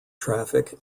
traffic